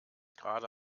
gerade